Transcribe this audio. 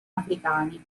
africani